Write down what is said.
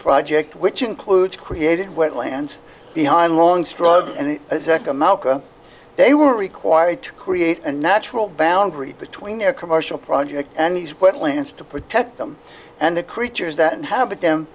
project which includes created wetlands behind long struggle and they were required to create a natural boundary between their commercial projects and what lands to protect them and the creatures that inhabit them